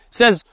says